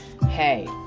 Hey